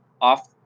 off